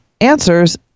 answers